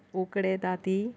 उकडें ताती